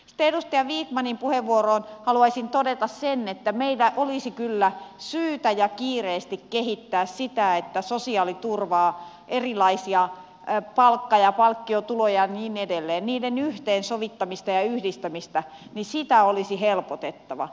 sitten edustaja vikmanin puheenvuoroon haluaisin todeta sen että meillä olisi kyllä syytä ja kiireesti kehittää sitä että sosiaaliturvan erilaisten palkka ja palkkiotulojen ja niin edelleen yhteensovittamista ja yhdistämistä olisi helpotettava